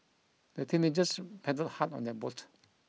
the teenagers paddled hard on their boat